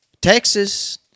Texas